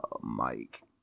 mike